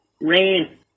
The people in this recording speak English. rain